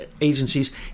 agencies